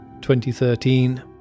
2013